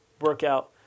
workout